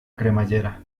cremallera